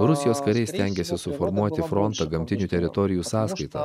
rusijos kariai stengiasi suformuoti frontą gamtinių teritorijų sąskaita